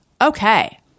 Okay